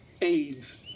AIDS